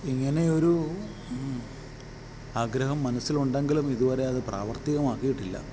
ഇങ്ങനെയൊരൂ ആഗ്രഹം മനസ്സിലുണ്ടങ്കിലും ഇതുവരെ അത് പ്രാവർത്തികമാക്കിയിട്ടില്ല